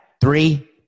Three